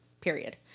period